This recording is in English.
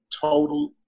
total